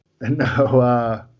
no